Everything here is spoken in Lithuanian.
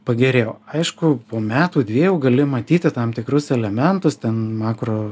pagerėjo aišku po metų dviejų gali matyti tam tikrus elementus ten makro